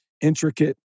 intricate